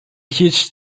huge